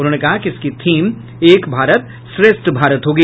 उन्होंने कहा कि इसकी थीम एक भारत श्रेष्ठ भारत होगी